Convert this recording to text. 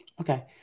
okay